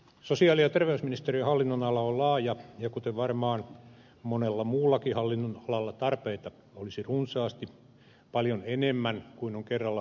sosiaali ja terveysministeriön hallinnonala on laaja ja kuten varmaan monella muullakin hallinnonalalla tarpeita olisi runsaasti paljon enemmän kuin on kerralla hoidettavissa